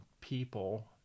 people